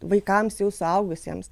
vaikams jau suaugusiems